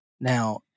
Now